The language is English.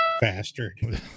Bastard